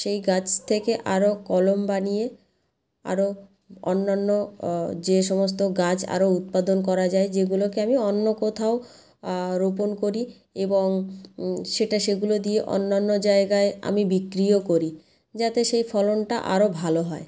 সেই গাছ থেকে আরও কলম বানিয়ে আরও অন্য অন্য যে সমস্ত গাছ আরও উৎপাদন করা যায় যেগুলোকে আমি অন্য কোথাও রোপণ করি এবং সেটা সেগুলো দিয়ে অন্যান্য জায়গায় আমি বিক্রিও করি যাতে সেই ফলনটা আরও ভালো হয়